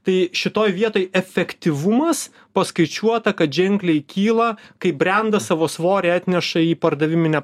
tai šitoj vietoj efektyvumas paskaičiuota kad ženkliai kyla kai brendas savo svorį atneša į pardaviminę